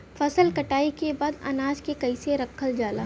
फसल कटाई के बाद अनाज के कईसे रखल जाला?